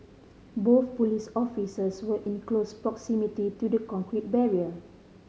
both police officers were in close proximity to the concrete barrier